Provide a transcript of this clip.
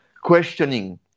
questioning